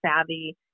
savvy